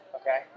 Okay